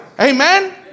Amen